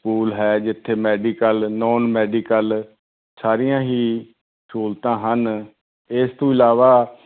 school ਹੈ ਜਿੱਥੇ medical non medical ਸਾਰੀਆਂ ਹੀ ਸਹੂਲਤਾਂ ਹਨ ਇਸ ਤੋਂ ਇਲਾਵਾ